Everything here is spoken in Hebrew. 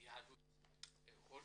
יהדות הודו.